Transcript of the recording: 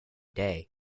day